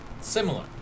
Similar